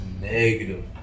negative